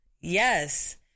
Yes